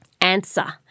answer